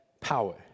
power